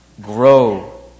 grow